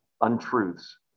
untruths